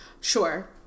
Sure